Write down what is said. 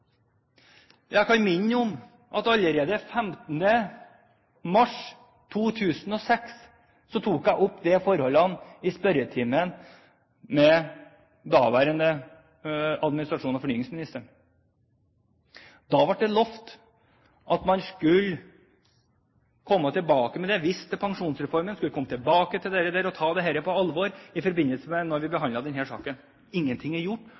Jeg kan minne om at jeg allerede i spørretimen 15. mars 2006 tok opp disse forholdene med den daværende fornyings- og administrasjonsministeren. Da ble det lovet at man skulle komme tilbake til dette. Man viste til Pensjonsreformen og sa at man skulle komme tilbake til dette og ta det på alvor i forbindelse med behandlingen av denne saken. Ingenting er